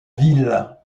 ville